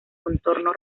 contorno